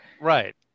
Right